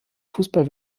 fußball